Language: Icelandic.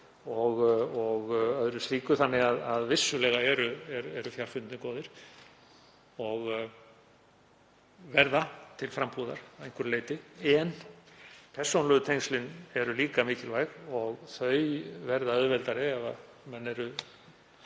og öðru slíku þannig að vissulega eru fjarfundirnir góðir og verða til frambúðar að einhverju leyti. En persónulegu tengslin eru líka mikilvæg og þau verða auðveldari ef menn eru